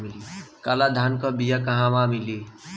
काला धान क बिया कहवा मिली?